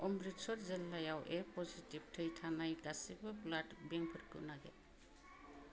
अमृत्सर जिल्लायाव A positive थै थानाय गासिबो ब्लाड बेंकफोरखौ नागिर